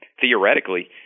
theoretically